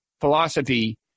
philosophy